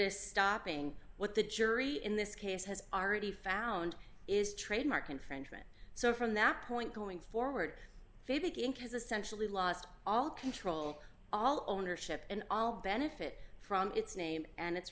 is stopping what the jury in this case has already found is trademark infringement so from that point going forward they begin cause essentially lost all control all ownership and all benefit from its name and it